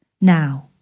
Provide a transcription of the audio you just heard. Now